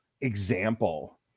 example